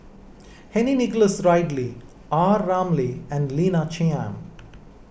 Henry Nicholas Ridley are Ramli and Lina Chiam